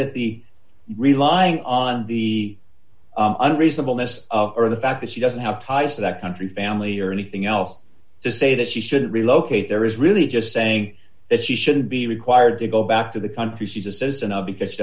that the relying on the unreasonable ness or the fact that she doesn't have ties to that country family or anything else to say that she shouldn't relocate there is really just saying that she should be required to go back to the country she's a citizen of because she